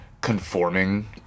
conforming